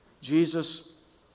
Jesus